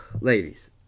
ladies